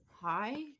hi